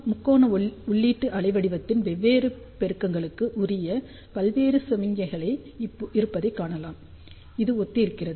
முக்கோண உள்ளீட்டு அலைவடிவத்தின் வெவ்வேறு பெருக்கங்களுக்கு உரிய பல்வேறு சமிக்ஞைகள் இருப்பதை காணலாம் இது ஒத்திருக்கிறது